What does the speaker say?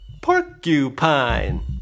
Porcupine